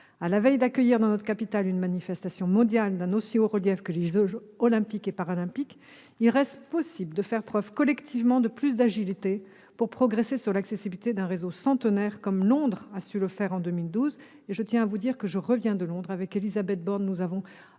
À la veille d'accueillir dans notre capitale une manifestation mondiale d'un aussi haut relief que les jeux Olympiques et Paralympiques, il reste possible de faire preuve collectivement de plus d'agilité pour progresser sur l'accessibilité d'un réseau centenaire, comme Londres a su le faire en 2012. Je reviens justement de la capitale britannique, avec Élisabeth Borne, après